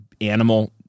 animal